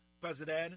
President